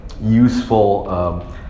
useful